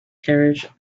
carriage